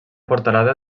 portalada